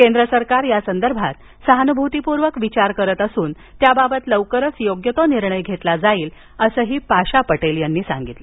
केंद्र सरकार या संदर्भात सहानुभूतीपूर्वक विचार करत असून याबाबत लवकरच योग्य तो निर्णय घेतला जाईल असंही पाशा पटेल यांनी सांगितलं